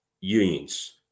unions